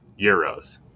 euros